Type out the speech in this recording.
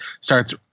starts